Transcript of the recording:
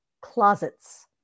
closets